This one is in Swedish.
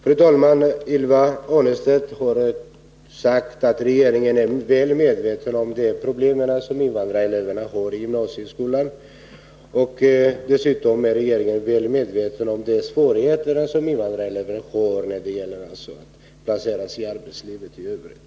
Fru talman! Ylva Annerstedt har sagt att regeringen är väl medveten om de problem som invandrareleverna har i gymnasieskolan och om de svårigheter som invandrareleverna har när det gäller placeringen i arbetslivet i övrigt.